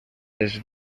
les